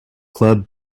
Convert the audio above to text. club